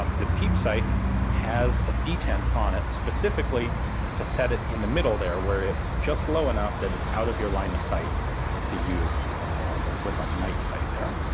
um the peep sight has a detent on it specifically to set it in the middle there, where it's just low enough that it's out of your line of sight to use the flip up night sight there.